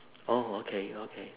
oh okay okay